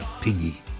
Piggy